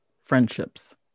friendships